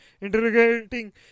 Integrating